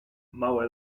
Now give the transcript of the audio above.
małe